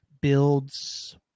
builds